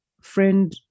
Friend